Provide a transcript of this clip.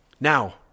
Now